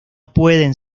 pueden